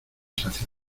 hacia